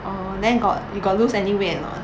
orh then got you got lose any weight or not